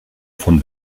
von